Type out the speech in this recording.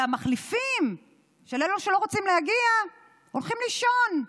והמחליפים של אלו שלא רוצים להגיע הולכים לישון,